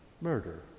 Murder